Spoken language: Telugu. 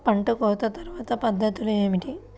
పంట కోత తర్వాత పద్ధతులు ఏమిటి?